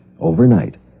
Overnight